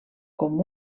com